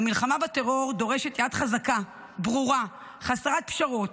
המלחמה בטרור דורשת יד חזקה, ברורה, חסרת פשרות,